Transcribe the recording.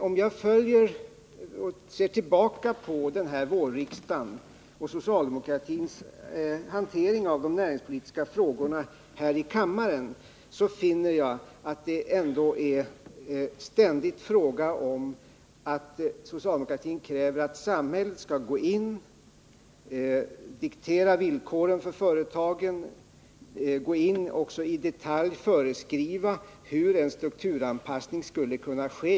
Om jag ser tillbaka på socialdemokratins hantering av de näringspolitiska frågorna här i kammaren under denna vårriksdag, finner jag att socialdemokratin ständigt kräver att samhället skall diktera villkoren för företagen och i detalj föreskriva hur en strukturanpassning skall kunna ske.